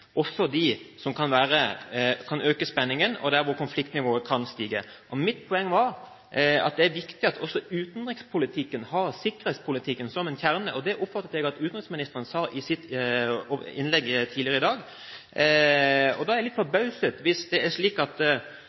også de som kan øke spenningen, og der hvor konfliktnivået kan stige. Mitt poeng er at det er viktig at også utenrikspolitikken har sikkerhetspolitikken som en kjerne – og det oppfatter jeg at utenriksministeren sa i sitt innlegg tidligere i dag. Da er jeg litt forbauset hvis det er slik at